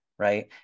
Right